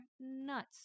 nuts